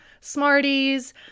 smarties